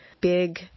big